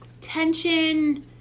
tension